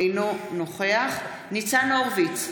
אינו נוכח ניצן הורוביץ,